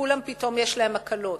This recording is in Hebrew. שפתאום לכולם יש הקלות.